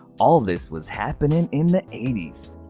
all this was happening in the eighty s.